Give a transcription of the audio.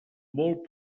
molt